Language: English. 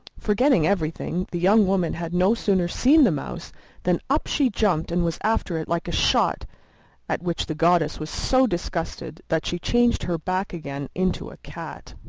forgetting everything, the young woman had no sooner seen the mouse than up she jumped and was after it like a shot at which the goddess was so disgusted that she changed her back again into a cat.